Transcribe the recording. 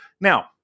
Now